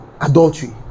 adultery